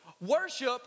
Worship